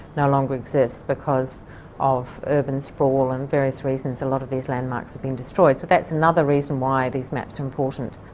no longer exists because of urban sprawl and various reasons, a lot of these landmarks have been destroyed. so that's another reason why these maps are important.